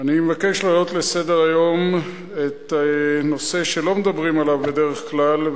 אני מבקש להעלות לסדר-היום נושא שלא מדברים עליו בדרך כלל,